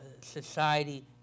society